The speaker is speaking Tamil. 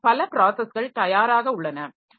அதனால் பல பிராஸஸ்கள் தயாராக உள்ளன